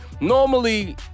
Normally